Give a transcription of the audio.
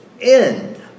end